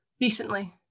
Recently